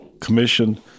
commission